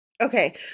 Okay